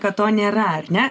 kad to nėra ar ne